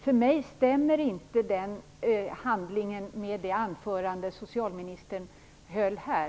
Den handlingen stämmer inte med det anförande socialministern höll här.